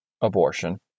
abortion